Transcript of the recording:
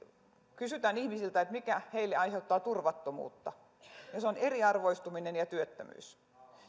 kysytään ihmisiltä mikä heille aiheuttaa turvattomuutta se on eriarvoistuminen ja työttömyys